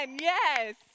Yes